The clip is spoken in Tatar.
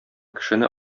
кешене